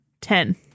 Ten